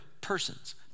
persons